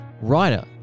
writer